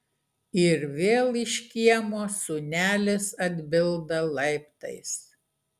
ir vėl iš kiemo sūnelis atbilda laiptais